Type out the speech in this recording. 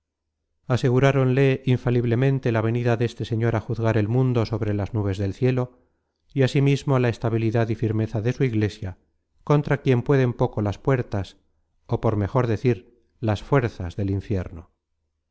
presencia aseguráronle infaliblemente la venida deste señor á juzgar el mundo sobre las nubes del cielo y asimismo la estabilidad y firmeza de su iglesia contra quien pueden poco las puertas ó por mejor decir las fuerzas del infierno